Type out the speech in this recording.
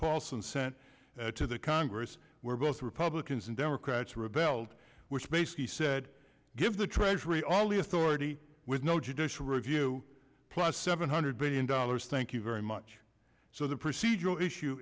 paulson sent to the congress where both republicans and democrats rebelled which basically said give the treasury all the authority with no judicial review plus seven hundred billion dollars thank you very much so the procedural issue